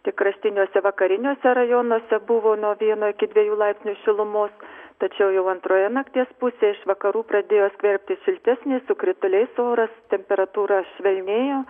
tik kraštiniuose vakariniuose rajonuose buvo nuo vieno iki dviejų laipsnių šilumos tačiau jau antroje nakties pusėje iš vakarų pradėjo skverbtis šiltesnis su krituliais oras temperatūra švelnėjo